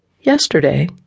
Yesterday